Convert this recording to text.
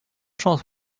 chance